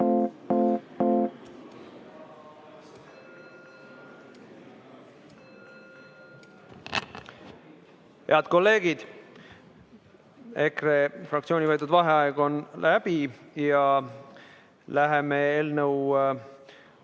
Head kolleegid! EKRE fraktsiooni võetud vaheaeg on läbi ja läheme eelnõu